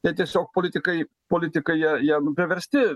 tai tiesiog politikai politikai jie jie nu priversti